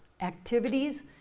Activities